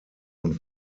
und